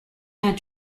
had